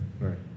right